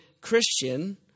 Christian